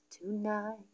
tonight